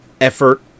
effort